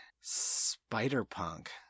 Spider-Punk